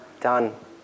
done